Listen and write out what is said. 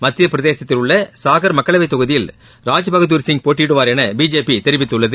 மத்தியப்பிரதேசத்தில் உள்ளசாஹர் மக்களவைத்தொகுதியில் ராஜ்பகதூர்சிங் போட்டியிடுவார் எனபிஜேபிதெரிவித்துள்ளது